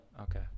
Okay